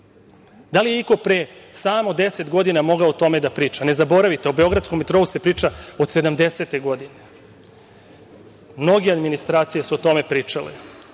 Da li je iko pre samo 10 godina mogao o tome da priča? Ne zaboravite, o beogradskom metrou se priča od sedamdesete godine. Mnoge administracije su o tome pričale.